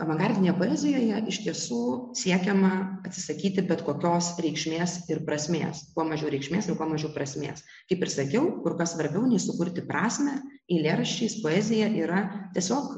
avangardinėje poezijoje iš tiesų siekiama atsisakyti bet kokios reikšmės ir prasmės kuo mažiau reikšmės ir kuo mažiau prasmės kaip ir sakiau kur kas svarbiau nei sukurti prasmę eilėraščiais poezija yra tiesiog